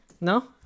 no